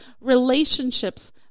relationships